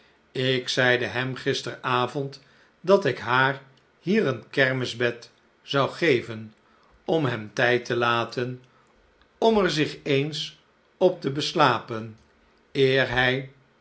ik zeide hem gisteravond dat ik haar hier een kermisbed zou geven om hem tijd te laten om er zich eens op te beslapen eer hij